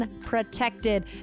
protected